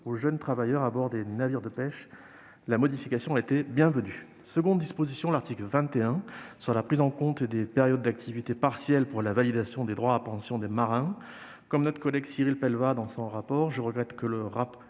aux jeunes travailleurs à bord des navires de pêche. La modification était bienvenue. La deuxième, l'article 21, porte sur la prise en compte des périodes d'activité partielle pour la validation des droits à pension des marins. À l'instar de notre collègue Cyril Pellevat dans son rapport, je regrette que le Gouvernement